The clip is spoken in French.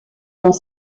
dans